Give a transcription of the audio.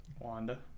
Wanda